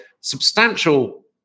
substantial